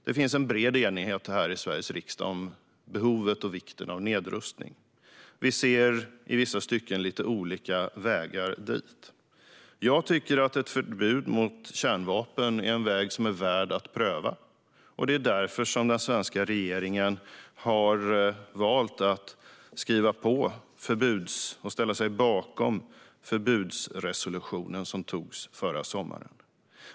Det finns en bred enighet här i Sveriges riksdag om behovet och vikten av nedrustning. Vi ser i vissa stycken lite olika vägar dit. Jag tycker att ett förbud mot kärnvapen är en väg som är värd att pröva, och det är därför den svenska regeringen har valt att skriva på och ställa sig bakom förbudskonventionen, som antogs förra sommaren.